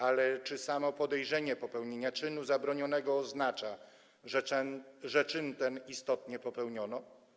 Ale czy samo podejrzenie popełnienia czynu zabronionego oznacza, że czyn ten istotnie popełniono?